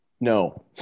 No